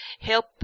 help